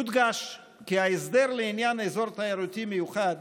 יודגש כי ההסדר לעניין אזור תיירותי מיוחד